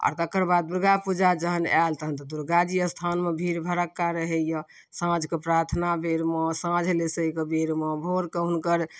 आओर तकर बाद दुर्गापूजा जहन आएल तहन तऽ दुर्गा जी स्थानमे भीड़ भड़क्का रहैए साँझ कऽ प्रार्थना बेरमे साँझ लेसै कऽ बेरमे भोरमे हुनकर